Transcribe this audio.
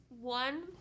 one